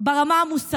את זה ברמה המוסרית,